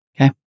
Okay